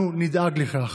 ואנחנו נדאג לכך.